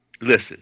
listen